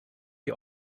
die